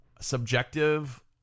subjective